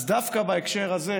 אז דווקא בהקשר הזה,